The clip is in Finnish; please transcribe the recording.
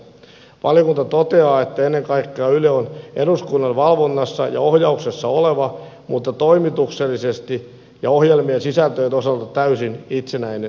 valiokunta toteaa että ennen kaikkea yle on eduskunnan valvonnassa ja ohjauksessa oleva mutta toimituksellisesti ja ohjelmien sisältöjen osalta täysin itsenäinen yhtiö